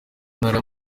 ntara